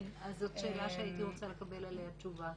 כן, אז זאת שאלה שהייתי רוצה לקבל עליה תשובה.